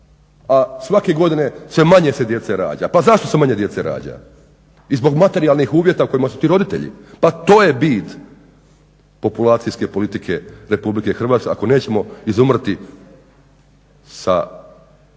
a svake godine sve manje se djece rađa. Pa zašto se manje djece rađa, i zbog materijalnih uvjeta u kojima su ti roditelji, pa to je bit populacijske politike Republike Hrvatske ako nećemo izumrti i